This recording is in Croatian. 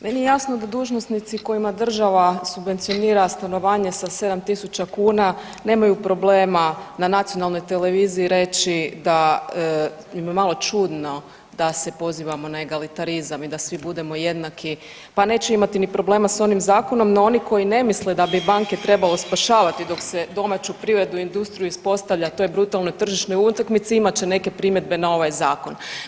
Meni je jasno da dužnosnici kojima država subvencionira stanovanje sa 7.000 kuna nemaju problema na nacionalnoj televiziji reći da im je malo čudno da se pozivamo na egalitarizam i da svi budemo jednaki pa neće imati ni problema s onim zakonom, no oni koji ne misle da bi banke trebalo spašavati dok se domaću privredu i industriju ispostavlja toj brutalnoj tržišnoj utakmici imat će neke primjedbe na ovaj zakon.